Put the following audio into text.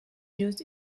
used